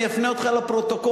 אני אפנה אותך לפרוטוקול.